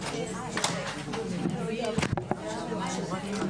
11:22.